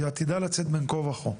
היא עתידה לצאת בין כה וכה,